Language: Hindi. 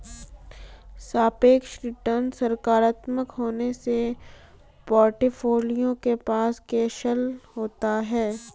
सापेक्ष रिटर्न सकारात्मक होने से पोर्टफोलियो के पास कौशल होता है